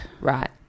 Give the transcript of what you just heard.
Right